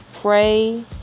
Pray